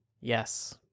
Yes